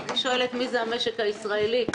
אני שואלת: מי זה המשק הישראלי?